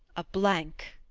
a blank,